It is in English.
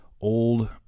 old